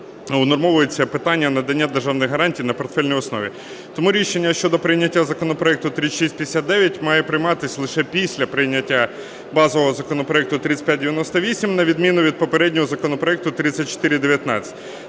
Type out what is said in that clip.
унормовується питання надання державних гарантій на портфельній основі. Тому рішення щодо прийняття законопроекту 3659 має прийматися лише після прийняття базового законопроекту 3598, на відміну від попереднього законопроекту 3419.